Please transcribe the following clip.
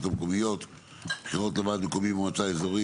המקומיות (בחירות לוועד מקומי במועצה אזורית),